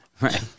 Right